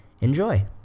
Enjoy